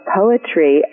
poetry